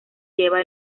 lleva